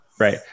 Right